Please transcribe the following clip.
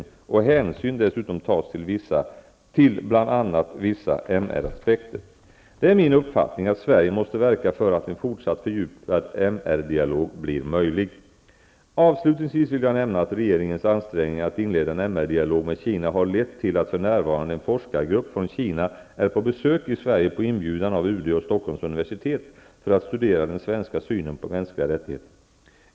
Det är min uppfattning att Sverige måste verka för att en fortsatt fördjupad MR-dialog blir möjlig. Avslutningsvis vill jag nämna att regeringens ansträngningar att inleda en MR-dialog med Kina har lett till att en forskargrupp från Kina för närvarande är på besök i Sverige på inbjudan av UD och Stockholms universitet för att studera den svenska synen på mänskliga rättigheter.